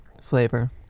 flavor